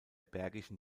bergischen